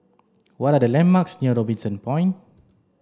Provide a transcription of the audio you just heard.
what are the landmarks near Robinson Point